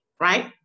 right